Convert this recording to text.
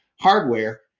hardware